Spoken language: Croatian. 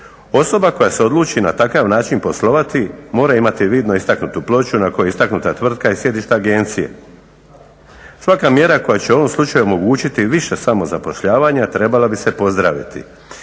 Osoba koja se odluči na takav način poslovati mora imati vidno istaknutu ploču na koju je istaknuta tvrtka i sjedište agencije. Svaka mjera koja će u ovom slučaju omogućiti više samozapošljavanja trebala bi se pozdraviti